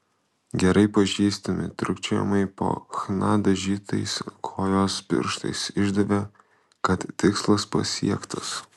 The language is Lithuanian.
gerai pažįstami trūkčiojimai po chna dažytais kojos pirštais išdavė kad tikslas pasiektas